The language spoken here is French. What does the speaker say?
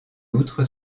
outre